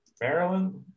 Maryland